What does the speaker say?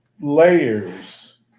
layers